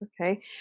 okay